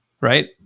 right